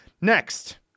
Next